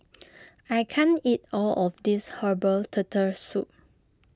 I can't eat all of this Herbal Turtle Soup